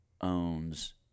owns